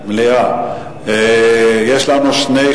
לא רק